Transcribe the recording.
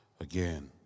again